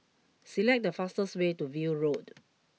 select the fastest way to View Road